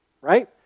right